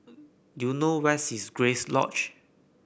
do you know where is Grace Lodge